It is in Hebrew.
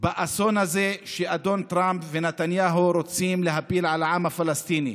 באסון הזה שאדון טראמפ ונתניהו רוצים להפיל על העם הפלסטיני.